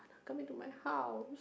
come into my house